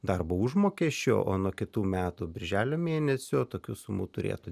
darbo užmokesčio o nuo kitų metų birželio mėnesio tokių sumų turėtų